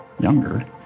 younger